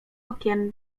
okien